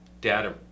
data